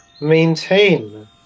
maintain